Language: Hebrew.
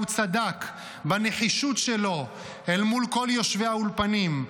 צדק בנחישות שלו אל מול כל יושבי האולפנים,